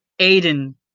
Aiden